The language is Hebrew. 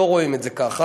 לא רואים את זה ככה.